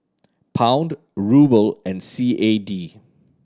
Pound Ruble and C A D